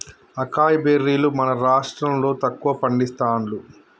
acai బెర్రీలు మన రాష్టం లో తక్కువ పండిస్తాండ్లు